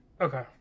Okay